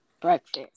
breakfast